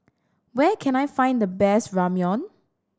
where can I find the best Ramyeon